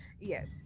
yes